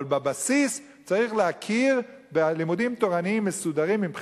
אבל בבסיס צריך להכיר בלימודים תורניים מסודרים עם בחינות,